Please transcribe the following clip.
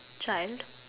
child